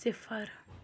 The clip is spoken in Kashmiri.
صِفر